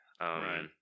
Right